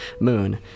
moon